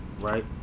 right